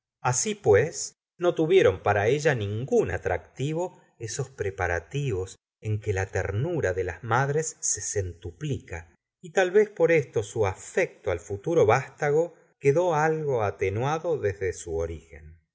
así pues no tuvieron para ella ningún atractivo esos preparativos en que la ternura de las madres se centuplica y tal vez por esto su afecto al futuro vástago quedó algo atenuado desde su origen